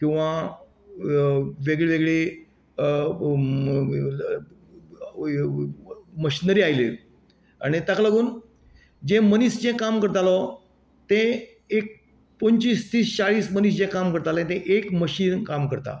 किंवां वेगळी वेगळी मशिनरी आयल्यो आनी ताका लागून जे मनीस जें काम करतालो ते एक पंचवीस तीस चाळीस मनीस जे काम करताले तें एक मशीन काम करता